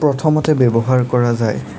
প্ৰথমতে ব্যৱহাৰ কৰা যায়